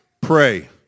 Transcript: Pray